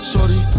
Sorry